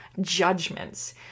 judgments